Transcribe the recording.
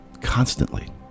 constantly